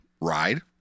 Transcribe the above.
ride